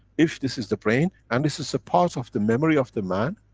if this is the brain and this is the part of the memory of the man,